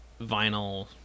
vinyl